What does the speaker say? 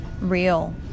real